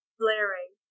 blaring